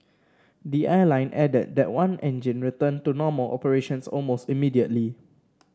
the airline added that one engine returned to normal operations almost immediately